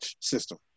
system